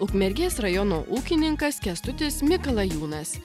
ukmergės rajono ūkininkas kęstutis mikalajūnas